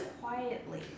Quietly